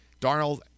Darnold